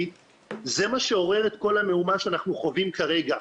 מה שעורר את כל המהומה שאנחנו חווים כרגע.